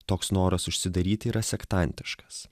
toks noras užsidaryti yra sektantiškas